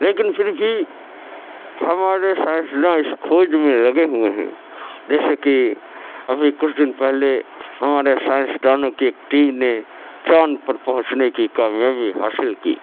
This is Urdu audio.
لیکن پھر بھی ہمارے سائنسداں اس کھوج میں لگے ہوئے ہیں جیسے کہ ابھی کچھ دن پہلے ہمارے سائنسدانوں کی ایک ٹ یم نے چاند پر پہچنے کی کامیابی حاصل کی